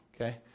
Okay